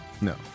No